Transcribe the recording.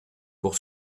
pour